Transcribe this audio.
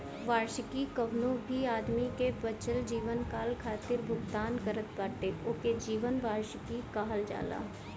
वार्षिकी कवनो भी आदमी के बचल जीवनकाल खातिर भुगतान करत बाटे ओके जीवन वार्षिकी कहल जाला